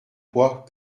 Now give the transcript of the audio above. poids